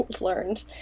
learned